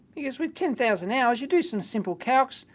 because with ten thousand hours, you do some simple calcs,